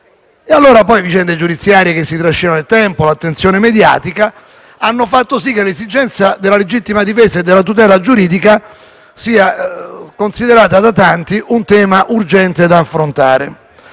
gravi. Vicende giudiziarie che si trascinano nel tempo e l'attenzione mediatica hanno fatto sì che l'esigenza della legittima difesa e della tutela giuridica sia considerata da tanti un tema urgente da affrontare.